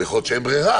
יכול להיות שאין ברירה,